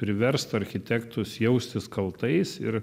priverst architektus jaustis kaltais ir